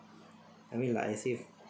I mean like as if